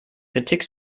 kritik